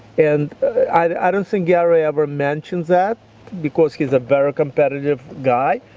and i don't think gary ever mentions that because he's a very competitive guy.